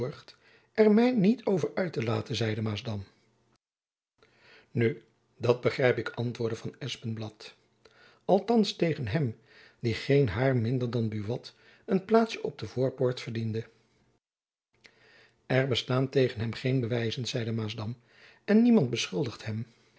er my niet over uit te laten zeide maasdam nu dat begrijp ik antwoordde van espenblad althands tegen hem die geen hair minder dan buat een plaatsjen op de voorpoort verdiende er bestaan tegen hem geen bewijzen zeide maasdam en niemand beschuldigt hem